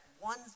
one